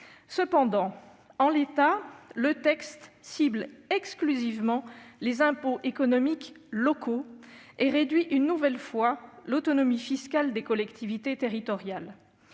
Cependant, en l'état, le texte cible exclusivement les impôts économiques locaux et réduit une nouvelle fois l'autonomie fiscale des collectivités territoriales.